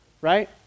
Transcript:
right